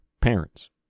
parents